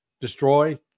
destroy